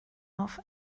off